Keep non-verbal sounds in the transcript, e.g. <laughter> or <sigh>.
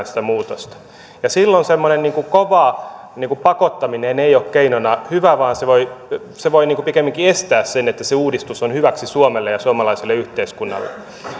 <unintelligible> sitä muutosta ja silloin semmoinen kova pakottaminen ei ole keinona hyvä vaan se voi se voi pikemminkin estää sen että se uudistus on hyväksi suomelle ja suomalaiselle yhteiskunnalle